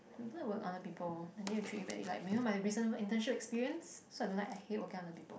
that would under people and then you treat in any like you know my recent internship experience so I don't like hate working under people